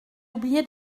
oublié